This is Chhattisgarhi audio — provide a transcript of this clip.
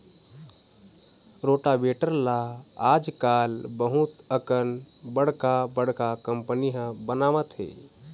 रोटावेटर ल आजकाल बहुत अकन बड़का बड़का कंपनी ह बनावत हे